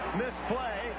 misplay